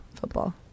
football